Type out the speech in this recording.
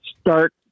start